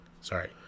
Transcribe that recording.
Sorry